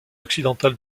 occidental